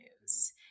news